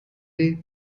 day